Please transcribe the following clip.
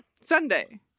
Sunday